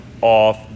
off